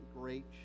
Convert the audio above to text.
great